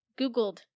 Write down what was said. Googled